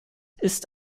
ist